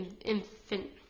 infant